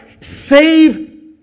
save